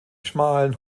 schmalen